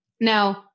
Now